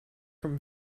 from